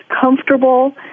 comfortable